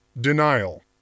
Denial